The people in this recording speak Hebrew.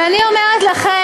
למה דחיתם את, ואני אומרת לכם,